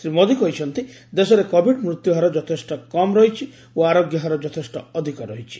ଶ୍ରୀ ମୋଦୀ କହିଛନ୍ତି ଦେଶରେ କୋବିଡ୍ ମୃତ୍ୟୁ ହାର ଯଥେଷ୍ଟ କମ୍ ରହିଛି ଓ ଆରୋଗ୍ୟ ହାର ଯଥେଷ୍ଟ ଅଧିକ ରହିଛି